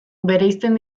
bereizten